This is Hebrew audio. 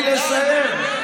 תן לי לסיים.